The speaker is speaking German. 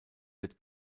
wird